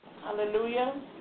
Hallelujah